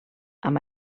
amb